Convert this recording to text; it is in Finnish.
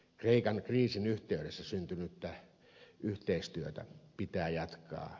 kreikan kriisin yhteydessä syntynyttä yhteistyötä pitää jatkaa